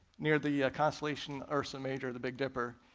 near the constellation ursa major, the big dipper,